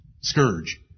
Scourge